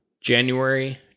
January